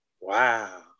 Wow